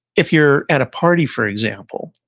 if you're at a party, for example,